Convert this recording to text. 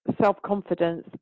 self-confidence